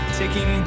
taking